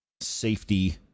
safety